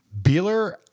Beeler